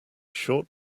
short